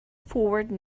forward